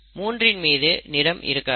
3 இன் மீது நிறம் இருக்காது